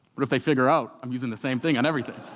what if they figure out i'm using the same thing on everything?